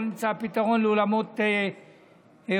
לא נמצא פתרון לאולמות אירועים.